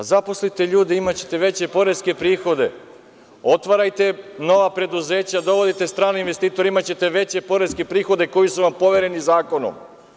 Zaposlite ljude, imaćete veće poreske prihoda, otvarajte nova preduzeća, dovodite strane investitore imaćete veće poreske prihode koji su vam povereni zakonom.